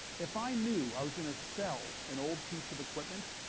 if i knew i was going to sell an old piece of equipment,